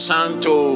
Santo